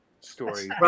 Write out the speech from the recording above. story